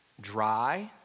dry